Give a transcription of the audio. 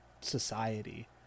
society